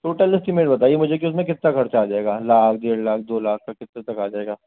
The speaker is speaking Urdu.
ٹوٹل اسٹیمیٹ بتائیے مجھے کہ اس میں کتنا خرچہ آ جائے گا لاکھ ڈیڑھ لاکھ دو لاکھ کتنے تک آ جائے گا